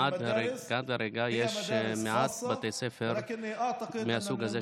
עד עכשיו יש מעט בתי ספר מהסוג הזה,